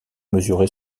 mesurer